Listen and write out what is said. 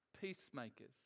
peacemakers